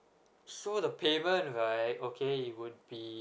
so the payment right okay it would be